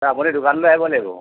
আপুনি দোকানলৈ আহিব লাগিব